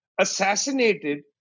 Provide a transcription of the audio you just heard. assassinated